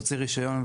להוציא רישיון,